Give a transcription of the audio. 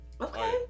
Okay